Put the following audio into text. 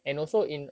mm